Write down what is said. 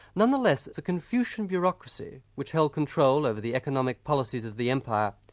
nonetheless, the confucian bureaucracy, which held control over the economic policies of the empire,